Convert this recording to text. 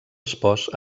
espòs